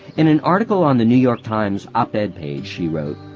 in an article on the new york times op-ed page, she wrote